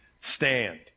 stand